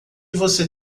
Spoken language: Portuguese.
você